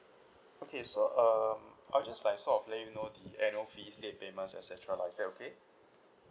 okay so um I'll just like sort of let you know the annual fees late payments et cetera lah is that okay